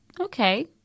okay